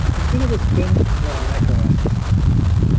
let's give it a spin on our macos system first.